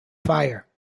fire